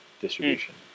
distribution